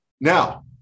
now